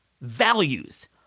values